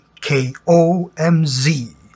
KOMZ